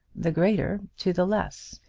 the greater to the less,